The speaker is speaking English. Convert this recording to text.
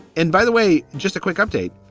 and by the way, just a quick update.